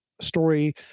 story